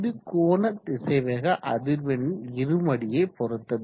இது கோண திசைவேக அதிர்வெண்ணின் இருமடியை பொறுத்தது